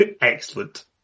excellent